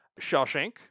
Shawshank